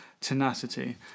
tenacity